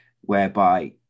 whereby